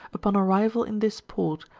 upon arrival in this port,